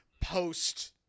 post